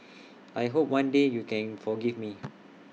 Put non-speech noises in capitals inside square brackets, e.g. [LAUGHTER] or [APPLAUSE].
[NOISE] I hope one day you can forgive me